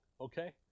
okay